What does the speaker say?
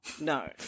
No